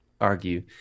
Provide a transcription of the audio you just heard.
argue